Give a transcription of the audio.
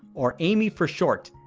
or aime for short,